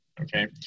okay